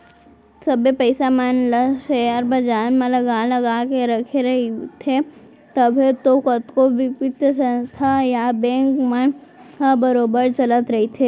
सबे पइसा मन ल सेयर बजार म लगा लगा के रखे रहिथे तभे तो कतको बित्तीय संस्था या बेंक मन ह बरोबर चलत रइथे